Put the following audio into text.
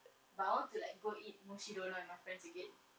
but I want to like go eat mukshidonna with my friends again